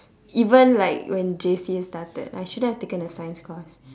even like when J_C started I shouldn't have taken a science course